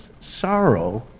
sorrow